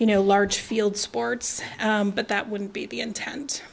you know large field sports but that wouldn't be the intent